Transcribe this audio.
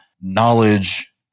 knowledge